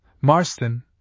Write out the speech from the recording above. Marston